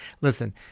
Listen